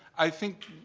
i think,